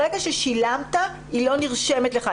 ברגע ששילמת, היא לא נרשמת לך.